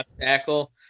tackle